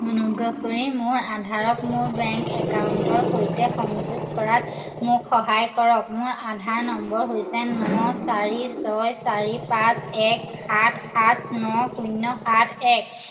অনুগ্ৰহ কৰি মোৰ আধাৰক মোৰ বেংক একাউণ্টৰ সৈতে সংযোগ কৰাত মোক সহায় কৰক মোৰ আধাৰ নম্বৰ হৈছে ন চাৰি ছয় চাৰি পাঁচ এক সাত সাত ন শূন্য সাত এক